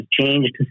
changed